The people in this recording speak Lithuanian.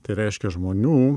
tai reiškia žmonių